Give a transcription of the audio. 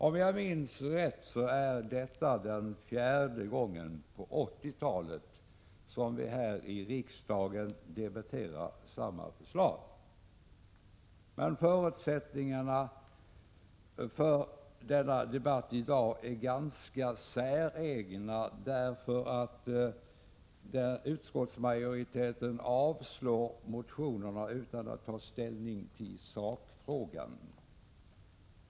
Om jag minns rätt är detta fjärde gången under 80-talet som vi här i riksdagen debatterar samma förslag. Men förutsättningarna för dagens debatt är ganska säregna. Utskottsmajoriteten avstyrker nämligen motionerna utan att ta ställning till sakfrågan.